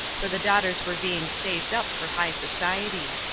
for the daughters were being saved up for high society.